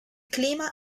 clima